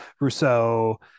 Rousseau